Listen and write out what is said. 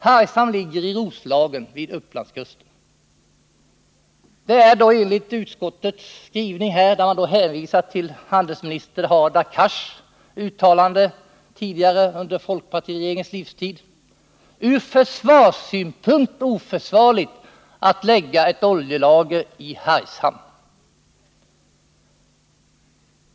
Hargshamn ligger i Roslagen vid Upplandskusten. Det är enligt utskottets skrivning — där man hänvisar till handelsminister Hadar Cars uttalande tidigare, under folkpartiregeringens livstid — ur försvarssynpunkt oförsvarligt att anlägga ett oljelager i Hargshamn.